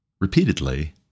repeatedly